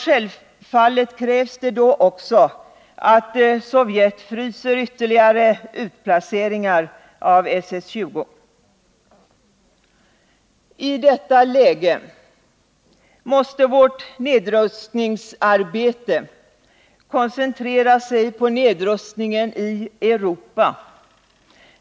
Självfallet krävs då också att Sovjet fryser ytterligare utplaceringar av SS 20. I detta läge måste vårt nedrustningsarbete koncentrera sig på nedrustning en i Europa.